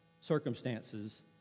circumstances